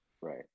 Right